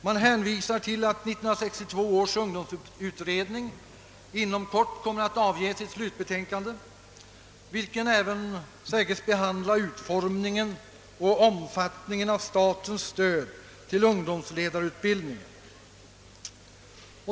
Man hänvisar till att 1962 års ungdomsutredning inom kort kommer att avge sitt slutbetänkande, vilket även säges be handla utformningen och omfattningen av statens:stöd till ungdomsledarutbildningen.